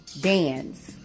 dance